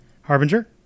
Harbinger